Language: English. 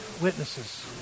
witnesses